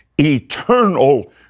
eternal